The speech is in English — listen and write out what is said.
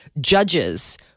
judges